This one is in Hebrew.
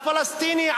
לפלסטיני,